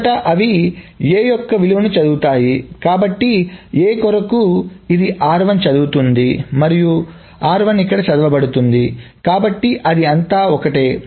మొదట అవి a యొక్క అదే విలువను చదువుతాయి కాబట్టి a కొరకు ఇది చదువుతోంది మరియు ఇక్కడ చదవబడుతుంది కాబట్టి అది అంతా ఒక్కటే